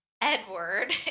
Edward